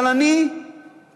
אבל אני אצטרך,